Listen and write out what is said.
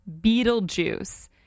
Beetlejuice